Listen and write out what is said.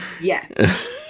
yes